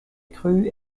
crue